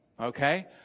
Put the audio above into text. okay